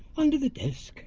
under the desk.